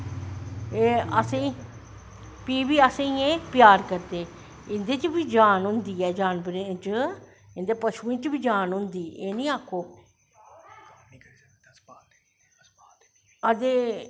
एह् फ्ही बी एह् असेंगी प्यार करदे इंदे च बी जान होंदी ऐ जानवरें च इंदे पशुएं च बी जान होंदी एह् नी आक्खो अदे